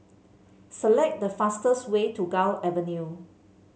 select the fastest way to Gul Avenue